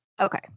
Okay